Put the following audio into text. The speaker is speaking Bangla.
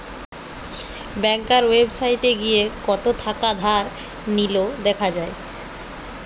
ব্যাংকার ওয়েবসাইটে গিয়ে কত থাকা ধার নিলো দেখা যায়